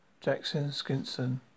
Jackson-Skinson